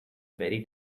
very